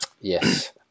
Yes